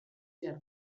behar